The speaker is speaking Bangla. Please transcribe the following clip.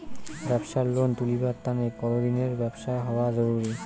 ব্যাবসার লোন তুলিবার তানে কতদিনের ব্যবসা হওয়া জরুরি?